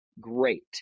Great